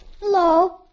Hello